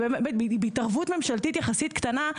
בהתערבות ממשלתית יחסית קטנה,